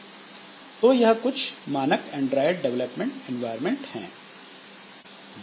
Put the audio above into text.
तो यह कुछ मानक एंड्राइड डेवलपमेंट एनवायरमेंट है